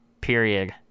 period